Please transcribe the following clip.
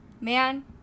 man